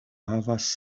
havas